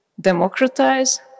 democratize